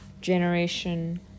generation